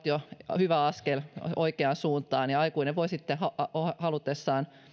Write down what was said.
jo hyvä askel oikeaan suuntaan ja aikuinen voi sitten halutessaan